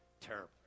Terrible